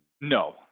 No